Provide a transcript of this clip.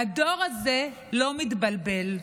הדור הזה לא מתבלבל.